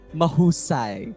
mahusay